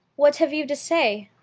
what have you to say?